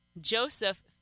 Joseph